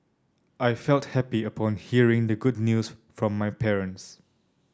I felt happy upon hearing the good news from my parents